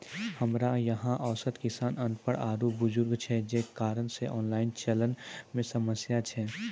हमरा यहाँ औसत किसान अनपढ़ आरु बुजुर्ग छै जे कारण से ऑनलाइन चलन मे समस्या छै?